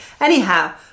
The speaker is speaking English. Anyhow